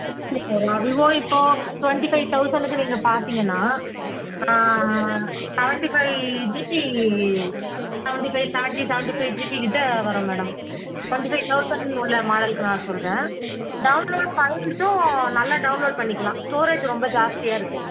Vivo இப்போ twenty five தௌசணுக்கு நீங்கள் பார்த்தீங்கன்னா seventy five GB seventy five seventy seventy five ஜிபிக்கிட்ட வரும் மேடம் செவன்ட்டி ஃபைவ் தௌசண்ட் உள்ள மாடலுக்கு நான் சொல்லுறேன் டவுன்லோட் நல்லா டவுன்லோட் பண்ணிக்கலாம் ஸ்டோரேஜ் ரொம்ப ஜாஸ்தியாக இருக்கு